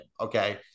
Okay